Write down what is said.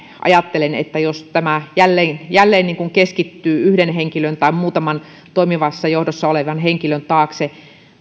ajattelen että jos tämä jälleen jälleen keskittyy yhden henkilön tai muutaman toimivassa johdossa olevan henkilön taakse